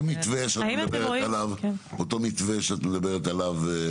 אותו מתווה שאת מדברת עליו.